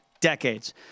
decades